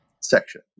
section